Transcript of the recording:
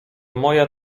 moja